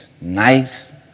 nice